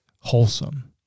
wholesome